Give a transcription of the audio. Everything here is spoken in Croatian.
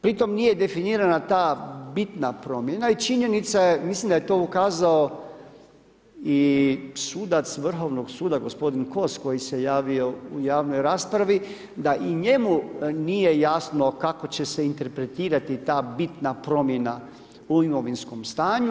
pri tom nije definirana ta bitna promjena i činjenica je, mislim da je to ukazao i sudac Vrhovnog suda, gospodin Kos, koji se je javio u javnoj raspravi, da i njemu nije jasno, kako će se interpretirati ta bitna promjena u imovinskom stanju.